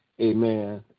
amen